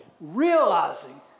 realizing